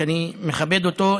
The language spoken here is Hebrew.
שאני מכבד אותו,